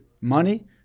money